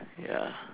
ya